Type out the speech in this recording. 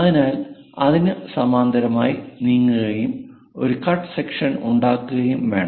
അതിനാൽ അതിനു സമാന്തരമായി നീങ്ങുകയും ഒരു കട്ട് സെക്ഷൻ ഉണ്ടാക്കുകയും വേണം